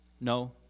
No